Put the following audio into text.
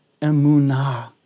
emunah